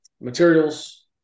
materials